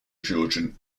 georgian